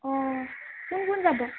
অ' কোন কোন যাব